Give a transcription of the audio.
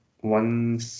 One